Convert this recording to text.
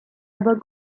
aber